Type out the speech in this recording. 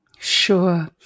Sure